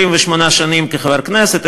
28 שנים כחבר הכנסת,